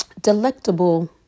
Delectable